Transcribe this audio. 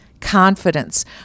confidence